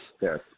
Yes